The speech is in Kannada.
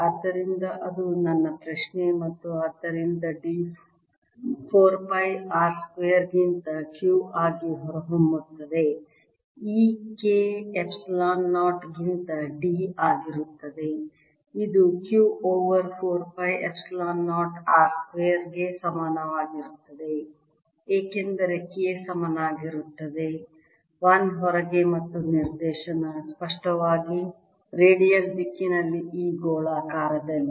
ಆದ್ದರಿಂದ ಅದು ನನ್ನ ಪ್ರಶ್ನೆ ಮತ್ತು ಆದ್ದರಿಂದ D 4 ಪೈ r ಸ್ಕ್ವೇರ್ ಗಿಂತ Q ಆಗಿ ಹೊರಹೊಮ್ಮುತ್ತದೆ E K ಎಪ್ಸಿಲಾನ್ 0 ಗಿಂತ D ಆಗಿರುತ್ತದೆ ಇದು Q over 4 pi epsilon 0 r square ಗೆ ಸಮನಾಗಿರುತ್ತದೆ ಏಕೆಂದರೆ K ಸಮಾನವಾಗಿರುತ್ತದೆ 1 ಹೊರಗೆ ಮತ್ತು ನಿರ್ದೇಶನ ಸ್ಪಷ್ಟವಾಗಿ ರೇಡಿಯಲ್ ದಿಕ್ಕಿನಲ್ಲಿ ಈ ಗೋಳಾಕಾರದಲ್ಲಿ